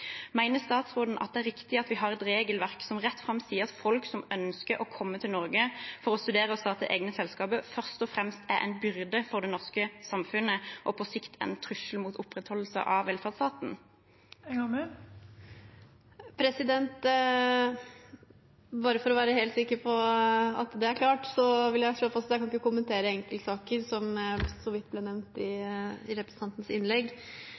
statsråden at det er riktig at vi har et regelverk som rett fram sier at folk som ønsker å komme til Norge for å studere og starte egne selskaper, først og fremst er en byrde for det norske samfunnet og på sikt en trussel mot opprettholdelse av velferdsstaten? Bare for å være helt sikker på at det er klart, vil jeg slå fast at jeg ikke kan kommentere enkeltsaker som den som så vidt ble nevnt i representantens innlegg.